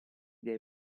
dei